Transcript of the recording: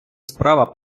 справа